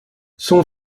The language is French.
son